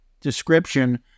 description